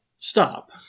Stop